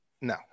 No